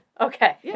Okay